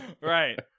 Right